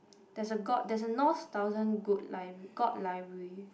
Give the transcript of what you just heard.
there's a god there's a north thousand good god library